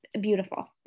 beautiful